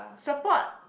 support